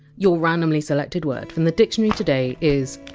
your randomly selected word from the dictionary today is!